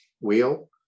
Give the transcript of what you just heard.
wheel